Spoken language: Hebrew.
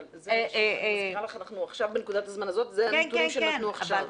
אנחנו עכשיו בנקודת הזמן הזאת וזה הנתונים שנתנו עכשיו.